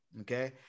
Okay